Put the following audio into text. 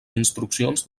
instruccions